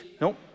Nope